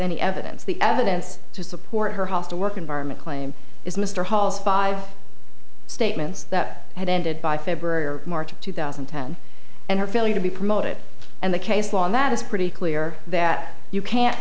any evidence the evidence to support her hostile work environment claim is mr hall's five statements that had ended by february or march of two thousand and ten and her failure to be promoted and the case law on that is pretty clear that you can't